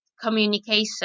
communication